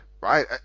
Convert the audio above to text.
right